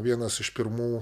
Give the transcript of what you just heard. vienas iš pirmų